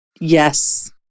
Yes